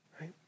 right